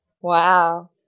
Wow